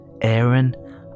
Aaron